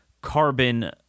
carbon